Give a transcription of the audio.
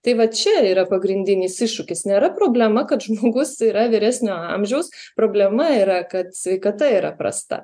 tai va čia yra pagrindinis iššūkis nėra problema kad žmogus yra vyresnio amžiaus problema yra kad sveikata yra prasta